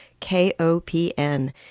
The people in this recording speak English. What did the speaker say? KOPN